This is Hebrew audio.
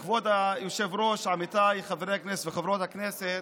כבוד היושב-ראש, עמיתיי חברי הכנסת וחברות הכנסת,